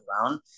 ground